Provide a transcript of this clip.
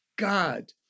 God